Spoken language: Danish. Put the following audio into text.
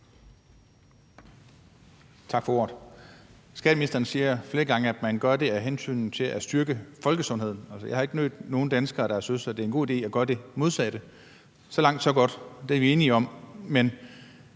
Tak for ordet. Skatteministeren siger flere gange, at man gør det af hensyn til at styrke folkesundheden. Jeg har ikke mødt nogen danskere, der har syntes, at det er en god idé at gøre det modsatte. Så langt, så godt. Det er vi enige om.